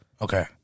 Okay